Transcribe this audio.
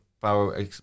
power